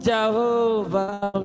Jehovah